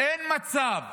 שאין מצב